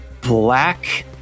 black